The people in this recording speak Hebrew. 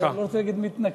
אני לא רוצה להגיד מתנכל,